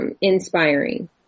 inspiring